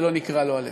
ולא נקרע לו הלב.